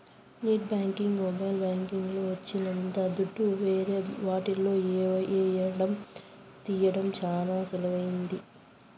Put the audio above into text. net banking mobile banking లు వచ్చినంక దుడ్డు ఏరే వాళ్లకి ఏయడం తీయడం చానా సులువైంది